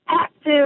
active